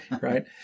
right